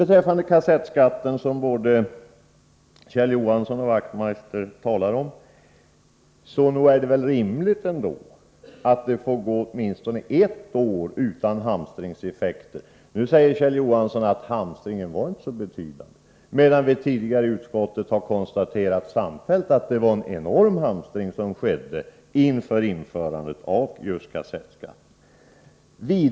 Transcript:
Beträffande kassettskatten, som både Kjell Johansson och Knut Wachtmeister talade om, vill jag säga att det väl är rimligt att det får gå åtminstone ett år utan hamstringseffekter. Nu säger Kjell Johansson att hamstringen inte var så stor. I utskottet har vi emellertid samfällt kunnat konstatera att det blev en enorm hamstring före införandet av just kassettskatten.